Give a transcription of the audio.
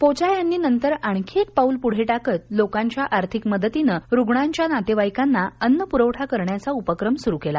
पोचा यांनी नंतर आणखी एक पाऊल पुढे टाकत लोकांच्या आर्थिक मदतीनं रुग्णाच्या नातेवाईकांना अन्न प्रवठा करण्याचा उपक्रम सुरू केला